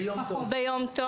ביום טוב.